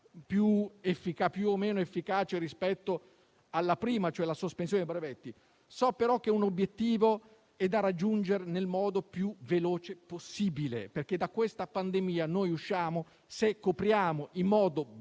più o meno efficace rispetto alla prima, cioè la sospensione dei brevetti; so però che è un obiettivo da raggiungere nel modo più veloce possibile, perché da questa pandemia usciamo se copriamo in modo velocissimo